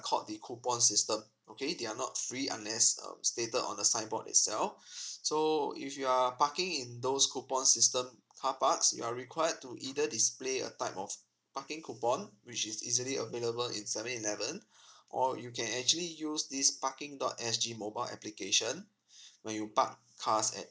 called the coupon system okay they are not free unless um stated on the signboard itself so if you are parking in those coupon system carparks you are required to either display a type of parking coupon which is easily available in seven eleven or you can actually use this parking dot s g mobile application where you parks cars at